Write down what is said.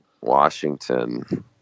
Washington